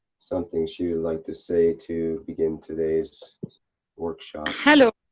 something she would like to say to begin today's workshop? hello,